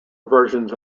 versions